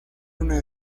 una